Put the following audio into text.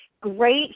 great